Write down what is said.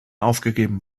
aufgegeben